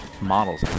models